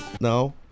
No